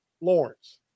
Lawrence